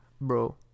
bro